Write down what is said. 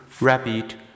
rabbit